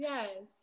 Yes